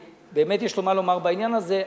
ובאמת יש לו מה לומר בעניין הזה,